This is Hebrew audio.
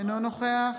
אינו נוכח